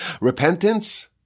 Repentance